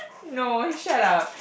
no shut up